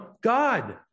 God